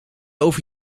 over